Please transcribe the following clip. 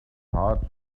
heart